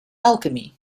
alchemy